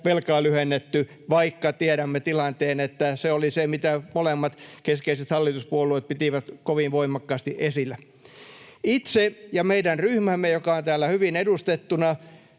velkaa lyhennetty, vaikka tiedämme tilanteen, että se oli se, mitä molemmat keskeiset hallituspuolueet pitivät kovin voimakkaasti esillä. Itse olen ja meidän ryhmämme, joka on täällä hyvin edustettuna,